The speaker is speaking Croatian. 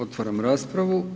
Otvaram raspravu.